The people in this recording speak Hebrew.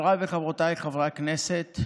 חבריי וחברותיי חברי הכנסת,